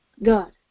God